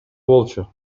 болчу